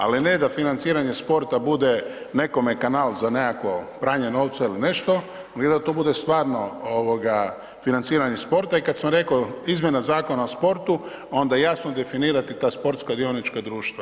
Ali ne da financiranje sporta bude nekome kanal za nekakvo pranje novca ili nešto, nego da to bude stvarno financiranje sporta i kad sam rekao, izmjena Zakona o sportu, onda jasno definirati ta sportska dionička društva.